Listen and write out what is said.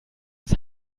aus